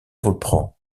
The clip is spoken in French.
reprend